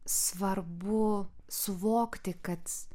svarbu suvokti kad